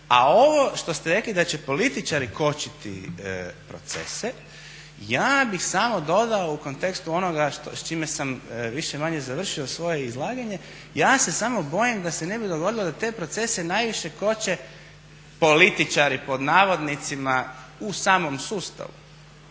A ovo što ste rekli da će političari kočiti procese, ja bih samo dodao u kontekstu onoga s čime sam više-manje završio svoje izlaganje, ja se samo bojim da se ne bi dogodilo da te procese najviše koče "političari" u samom sustavu